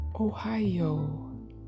Ohio